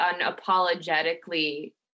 unapologetically